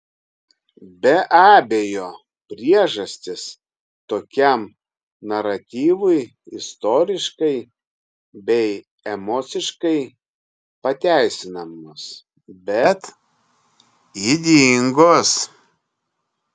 be abejo priežastys tokiam naratyvui istoriškai bei emociškai pateisinamos bet ydingos